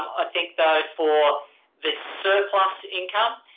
i think, though, for the surplus income,